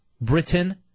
Britain